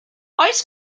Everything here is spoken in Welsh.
oes